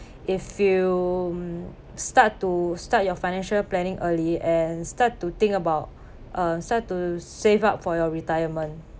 if you start to start your financial planning early and start to think about uh start to save up for your retirement